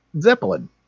Zeppelin